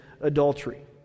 adultery